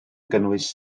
gynnwys